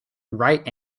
right